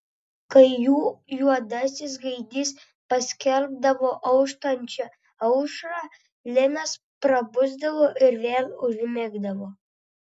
kai jų juodasis gaidys paskelbdavo auštančią aušrą linas prabusdavo ir vėl užmigdavo